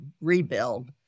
rebuild